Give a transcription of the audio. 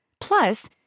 Plus